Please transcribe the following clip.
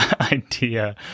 idea